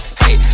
hey